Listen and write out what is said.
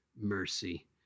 mercy